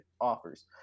offers